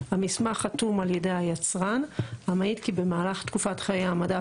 יצרן בעל תוכנית בטיחות מזון